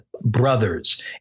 brothers